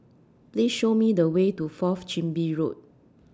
Please Show Me The Way to Fourth Chin Bee Road